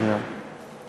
מאריתריאה.